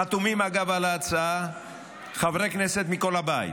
חתומים על ההצעה חברי כנסת מכל הבית.